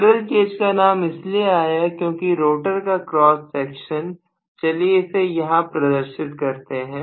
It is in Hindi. स्क्विरल केज का नाम इसलिए आया क्योंकि रोटर का क्रॉस सेक्शन चलिए इसे यहां प्रदर्शित करते हैं